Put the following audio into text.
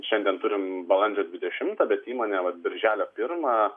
šiandien turim balandžio dvidešimtą bet įmonė vat birželio pirmą